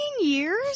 years